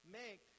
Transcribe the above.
make